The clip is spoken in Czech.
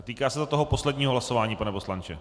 Týká se to toho posledního hlasování, pane poslanče?